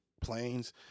planes